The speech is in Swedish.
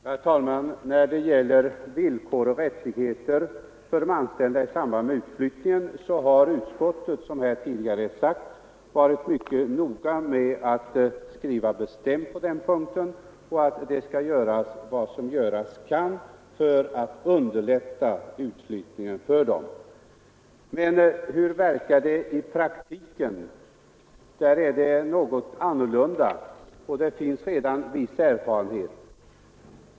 Herr talman! Vad beträffar villkor och rättigheter för de anställda i samband med utflyttningen har utskottet som sagt varit mycket noga med att skriva bestämt på den punkten och förklarat att allt skall göras som göras kan för att underlätta utflyttningen för de anställda. Men hur verkar det i praktiken? Jo, där är det något annorlunda. Vi har redan fått en viss erfarenhet.